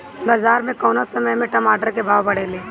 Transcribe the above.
बाजार मे कौना समय मे टमाटर के भाव बढ़ेले?